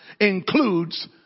includes